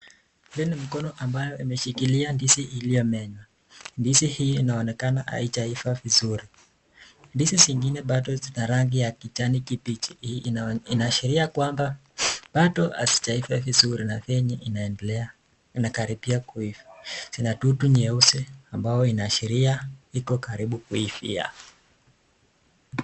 Hili ni mkono ambalo limeshikilia ndizi iliyomenywa, ndizi hii inaonekana hazijaiva vizuri, ndizi zingine zinaonekana kuwa ni za rangi kijani kibichi, hii inaashiria kuwa Bado hazijaiva vizuri na venye inaendelea kuiva Zina dudu nyeusi ambao inaashiria iko karibu kuivia